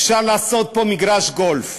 אפשר לעשות פה מגרש גולף.